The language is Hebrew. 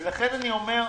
לכן אני אומר,